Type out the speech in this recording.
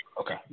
Okay